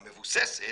המבוססת,